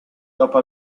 dopo